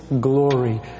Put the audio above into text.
glory